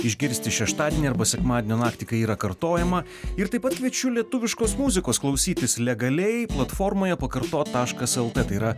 išgirsti šeštadienį arba sekmadienio naktį kai yra kartojama ir taip pat kviečiu lietuviškos muzikos klausytis legaliai platformoje pakartot taškas lt tai yra